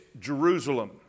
Jerusalem